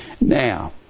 Now